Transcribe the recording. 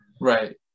Right